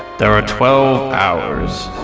there are twelve hours,